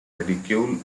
ridicule